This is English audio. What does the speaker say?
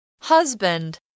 Husband